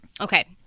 Okay